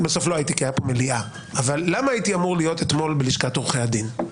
בסוף לא הייתי כי הייתה פה מליאה בלשכת עורכי הדין?